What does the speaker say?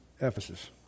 Ephesus